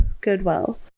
goodwill